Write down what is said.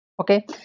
okay